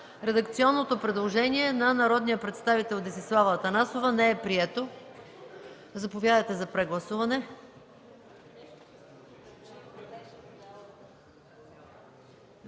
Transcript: Редакционното предложение на народния представител Десислава Атанасова не е прието. Заповядайте за прегласуване.